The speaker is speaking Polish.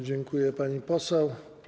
Dziękuję, pani poseł.